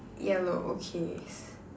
yellow okay